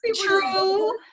true